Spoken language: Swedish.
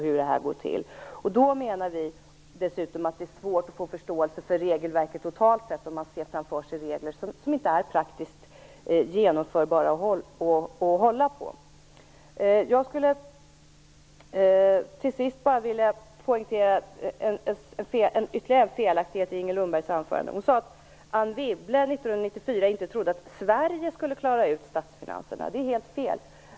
Då menar vi att det dessutom är svårt att få förståelse för regelverket totalt sett om man ser framför sig regler som inte är praktiskt genomförbara och hållbara. Jag skulle till sist vilja poängtera ytterligare en felaktighet i Inger Lundbergs anförande. Hon sade att Anne Wibble 1994 inte trodde att Sverige skulle klara av statsfinanserna. Det är helt fel.